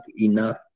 enough